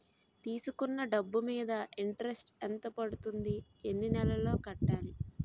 తీసుకున్న డబ్బు మీద ఇంట్రెస్ట్ ఎంత పడుతుంది? ఎన్ని నెలలో కట్టాలి?